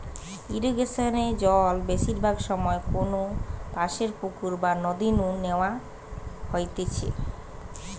ইরিগেশনে জল বেশিরভাগ সময় কোনপাশের পুকুর বা নদী নু ন্যাওয়া হইতেছে